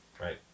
Right